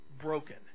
broken